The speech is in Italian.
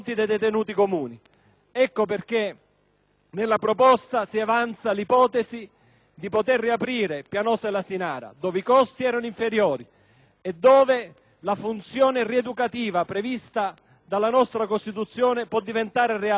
nella proposta si avanza l'ipotesi di riaprire Pianosa e l'Asinara dove i costi sono inferiori e dove la funzione rieducativa prevista dalla nostra Costituzione può diventare realtà, dove naturalmente è